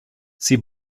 sie